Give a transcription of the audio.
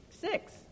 Six